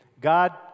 God